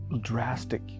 drastic